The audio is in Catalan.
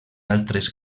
altres